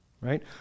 right